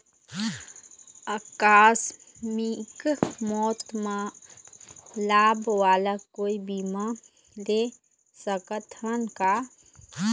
आकस मिक मौत म लाभ वाला कोई बीमा ले सकथन का?